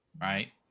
right